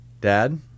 Dad